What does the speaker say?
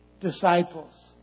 disciples